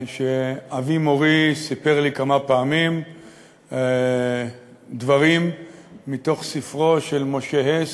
שאבי מורי שסיפר לי כמה פעמים דברים מתוך ספרו של משה הס